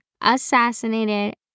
assassinated